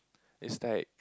it's like